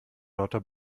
lauter